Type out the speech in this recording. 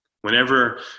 Whenever